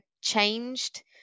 changed